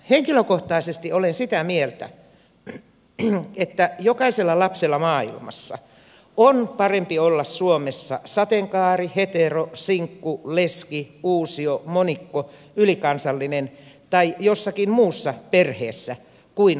henkilökohtaisesti olen sitä mieltä että jokaisella lapsella maailmassa on parempi olla suomessa sateenkaari hetero sinkku leski uusio monikko ylikansallisessa tai jossakin muussa perheessä kuin katulapsena kabulissa